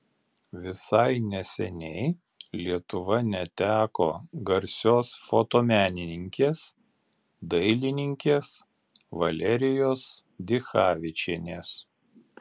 visai neseniai lietuva neteko garsios fotomenininkės dailininkės valerijos dichavičienės